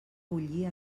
bullir